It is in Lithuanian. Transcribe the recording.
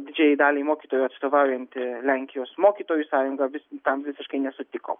didžiajai daliai mokytojų atstovaujanti lenkijos mokytojų sąjunga vis tam visiškai nesutiko